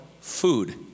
food